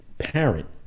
parent